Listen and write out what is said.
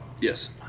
Yes